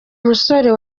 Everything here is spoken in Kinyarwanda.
musore